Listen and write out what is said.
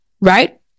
right